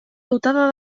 dotada